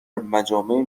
مجامع